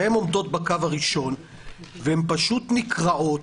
הן עומדות בקו הראשון והן פשוט נקרעות